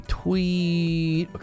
tweet